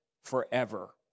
forever